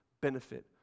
benefit